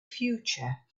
future